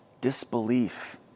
disbelief